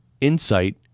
insight